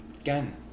again